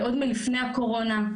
עוד מלפני הקורונה,